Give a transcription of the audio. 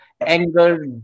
anger